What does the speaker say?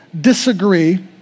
disagree